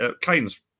Kane's